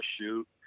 shoot